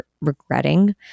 regretting